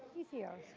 he's here.